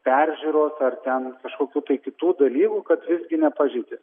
peržiūros ar ten kažkokių tai kitų dalykų kad visgi nepažeidė